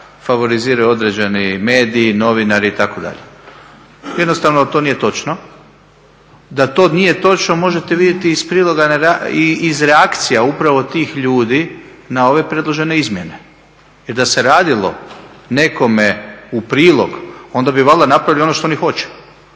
favoriziraju određeni mediji, novinari itd. Jednostavno to nije točno. Da to nije točno možete vidjeti iz reakcija upravo tih ljudi na ove predložene izmjene, jer da se radilo nekome u prilog onda bi valjda napravili ono što oni hoće.